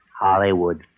Hollywood